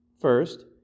First